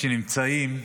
שנמצאים,